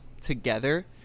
together